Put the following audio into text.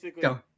go